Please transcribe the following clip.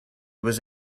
was